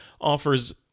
offers